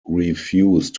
refused